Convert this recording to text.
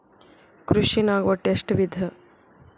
ಕೃಷಿನಾಗ್ ಒಟ್ಟ ಎಷ್ಟ ವಿಧ?